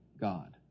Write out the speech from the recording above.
God